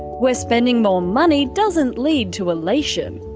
where spending more money doesn't lead to elation.